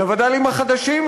לווד"לים החדשים,